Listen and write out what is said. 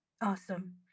Awesome